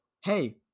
hey